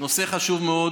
זה נושא חשוב מאוד.